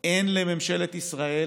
אין לממשלת ישראל